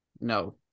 no